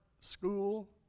school